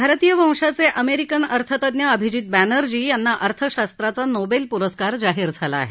भारतीय वंशाचे अमेरिकन अर्थतज्ञ अभिजीत बॅनर्जी यांना अर्थशास्त्राचा नोबेल पुरस्कार जाहीर झाला आहे